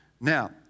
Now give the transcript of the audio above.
now